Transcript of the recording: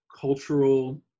cultural